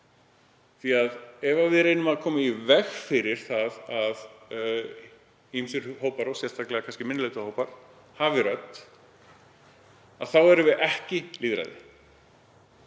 rödd. Ef við reynum að koma í veg fyrir það að ýmsir hópar, sérstaklega kannski minnihlutahópar, hafi rödd þá erum við ekki lýðræði.